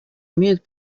имеют